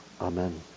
Amen